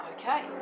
Okay